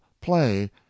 play